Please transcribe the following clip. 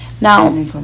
Now